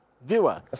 Viewer